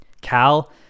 cal